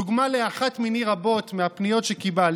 דוגמה לאחת מני רבות מהפניות שקיבלתי,